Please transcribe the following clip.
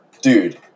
Dude